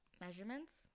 measurements